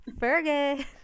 Fergie